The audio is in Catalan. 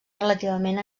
relativament